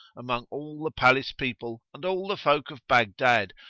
among all the palace-people and all the folk of baghdad,